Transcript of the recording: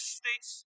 states